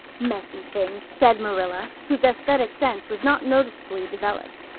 messy things, said marilla, whose aesthetic sense was not noticeably developed.